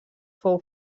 fou